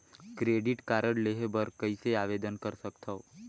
Credit card लेहे बर कइसे आवेदन कर सकथव?